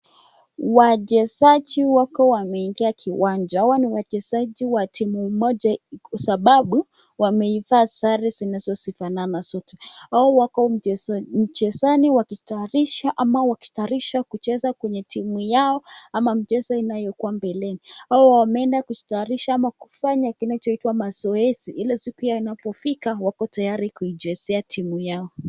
Wachezaji wako wameingia kiwanja hawa ni wachezaji wa timu mmoja kwa sababu waimeivaa sare zinazo fanana zote. Hawa wako mchezoni wakitayarisha kucheza kwenye timu yao ama mchezo inayokua mbeleni hawa wameenda kujitayarisha ama kinachoitwa mazoezi ili siku inapofika wakuwe tayari kuchezea timu yao.